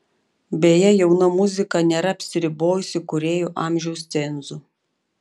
beje jauna muzika nėra apsiribojusi kūrėjų amžiaus cenzu